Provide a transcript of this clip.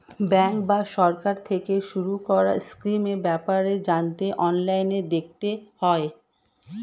bank বা সরকার থেকে শুরু করা স্কিমের ব্যাপারে জানতে অনলাইনে দেখতে হয়